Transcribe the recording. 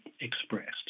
expressed